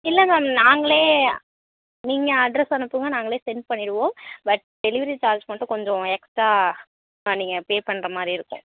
இல்லை மேம் நாங்களே நீங்கள் அட்ரஸ் அனுப்புங்க நாங்களே சென்ட் பண்ணிடுவோம் பட் டெலிவரி சார்ஜ் மட்டும் கொஞ்சம் எக்ஸ்ட்ரா நீங்கள் பே பண்ணுற மாதிரி இருக்கும்